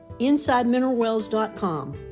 insidemineralwells.com